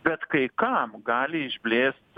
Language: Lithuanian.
bet kai kam gali išblėst